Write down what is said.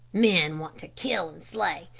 men want to kill and slay.